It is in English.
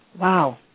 Wow